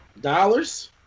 Dollars